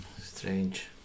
strange